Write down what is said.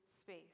space